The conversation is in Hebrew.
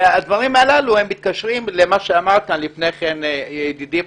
והדברים הללו מתקשרים למה שאמר כאן לפני כן ידידי,